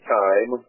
time